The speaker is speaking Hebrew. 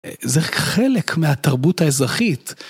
זה חלק מהתרבות האזרחית.